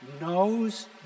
knows